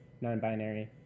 non-binary